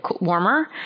warmer